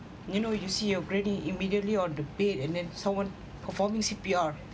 you know you see your granny immediately on the bed and then someone performing C_P_R